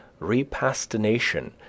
repastination